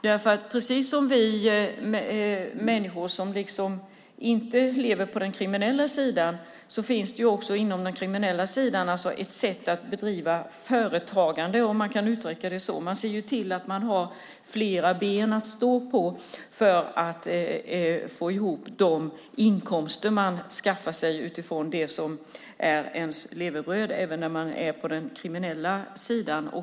Precis som vi människor som inte lever på den kriminella sidan har ju de på den kriminella sidan ett sätt att bedriva företagande, om man kan uttrycka det så. De ser ju till att de har flera ben att stå på för att få ihop de inkomster de skaffar sig utifrån det som är deras levebröd. Så är det även när man är på den kriminella sidan.